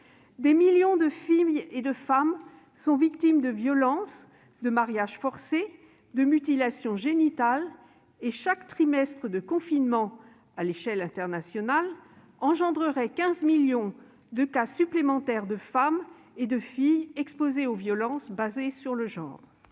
des millions de filles et de femmes sont victimes de violences, de mariages forcés, de mutilations génitales et chaque trimestre de confinement, à l'échelle internationale, engendrerait 15 millions de cas supplémentaires de femmes et de filles exposées aux violences basées sur le genre.